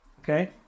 Okay